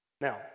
Now